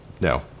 No